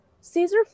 caesar